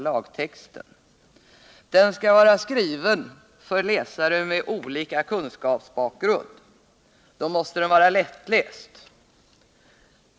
Lagtexten skall vara skriven för läsare med olika kunskapsbakgrund. Därför måste den vara lättläst.